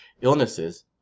illnesses